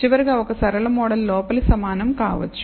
చివరగా ఒక సరళ మోడల్ లోపలి సమానం కావచ్చు